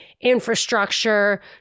infrastructure